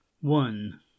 one